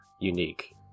unique